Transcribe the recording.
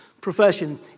profession